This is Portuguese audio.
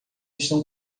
estão